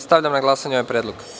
Stavljam na glasanje ovaj predlog.